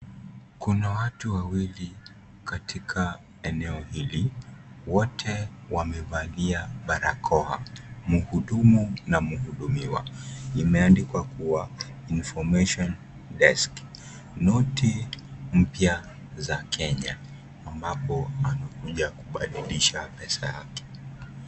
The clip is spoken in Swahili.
Kuna watu wawili katika eneo hili. Wote wamevalia balakoa. Mhudumu na mhudumiwa. Imeandikwa kuwa information desk .Noti mpya za Kenya , ambapo amekuja kubadilisha pesa yake.